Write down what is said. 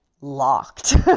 locked